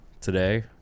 today